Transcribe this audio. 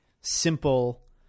simple